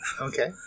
Okay